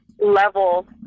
level